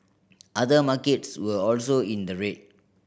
other markets were also in the red